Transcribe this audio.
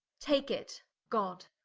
take it god,